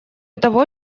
того